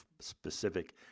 specific